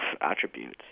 attributes